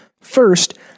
First